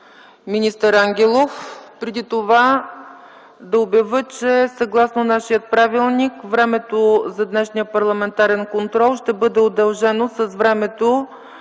министър Аню Ангелов. Преди това ще обявя, че съгласно нашия Правилник, времето за днешния Парламентарен контрол ще бъде удължено с времето,